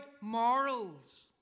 morals